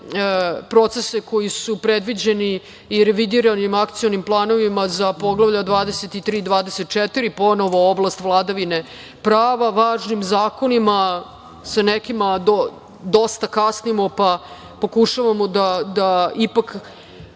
procese koji su predviđeni i revidirani akcionim planovima za Poglavlje 23. i Poglavlje 24. ponovo oblast vladavine prava, važnim zakonima. Sa nekima dosta kasnimo pa pokušavamo da ipak